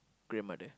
grandmother